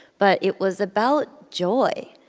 but it was about joy.